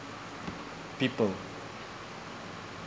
people